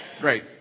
Great